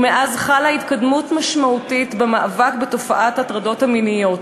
ומאז חלה התקדמות משמעותית במאבק בתופעת ההטרדות המיניות.